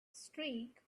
streak